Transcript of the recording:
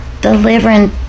delivering